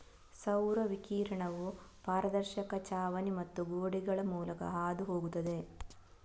ಸೌರ ವಿಕಿರಣವು ಪಾರದರ್ಶಕ ಛಾವಣಿ ಮತ್ತು ಗೋಡೆಗಳ ಮೂಲಕ ಹಾದು ಹೋಗುತ್ತದೆ